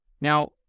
Now